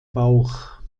bauch